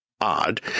odd